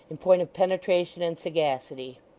in point of penetration and sagacity